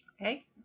Okay